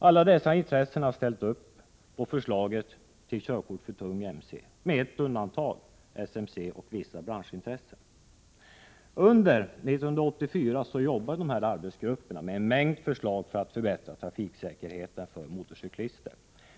Alla dessa intressen har ställt upp på förslaget om körkort för tung mc — med ett undantag, nämligen SMC och vissa branschintressen. Under 1984 jobbade dessa arbetsgrupper fram en mängd förslag för att förbättra trafiksäkerheten för motorcyklister.